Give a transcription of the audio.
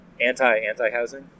anti-anti-housing